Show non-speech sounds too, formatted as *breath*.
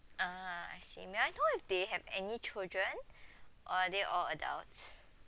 ah I see may I know if they have any children *breath* or are they all adults